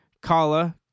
Kala